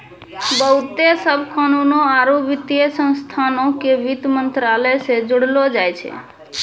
बहुते सभ कानूनो आरु वित्तीय संस्थानो के वित्त मंत्रालय से जोड़लो जाय छै